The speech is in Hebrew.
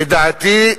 לדעתי,